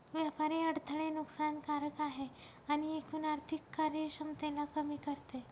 व्यापारी अडथळे नुकसान कारक आहे आणि एकूण आर्थिक कार्यक्षमतेला कमी करते